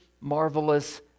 marvelous